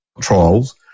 trials